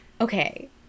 okay